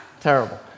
Terrible